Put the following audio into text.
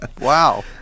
Wow